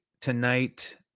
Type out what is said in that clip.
Tonight